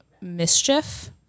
Mischief